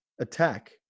attack